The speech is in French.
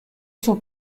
son